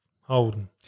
Holden